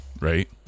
right